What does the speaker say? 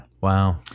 Wow